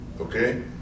okay